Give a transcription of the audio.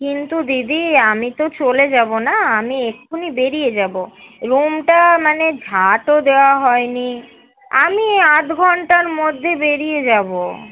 কিন্তু দিদি আমি তো চলে যাব না আমি এখনই বেরিয়ে যাব রুমটা মানে ঝাঁটও দেওয়া হয়নি আমি আধ ঘণ্টার মধ্যে বেরিয়ে যাব